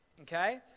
Okay